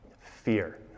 Fear